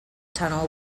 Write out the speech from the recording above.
tunnel